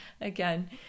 again